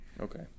Okay